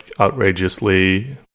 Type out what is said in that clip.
outrageously